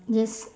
yes